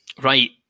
Right